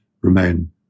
remain